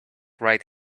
right